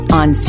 on